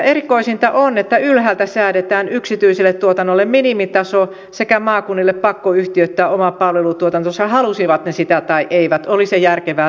erikoisinta on että ylhäältä säädetään yksityiselle tuotannolle minimitaso sekä maakunnille pakko yhtiöittää oma palvelutuotantonsa halusivat ne sitä tai eivät oli se järkevää tai ei